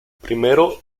primero